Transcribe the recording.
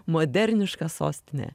moderniška sostinė